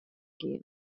gien